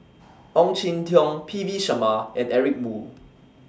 Ong Jin Teong P V Sharma and Eric Moo